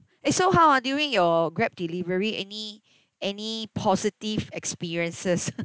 eh so how ah during your Grab delivery any any positive experiences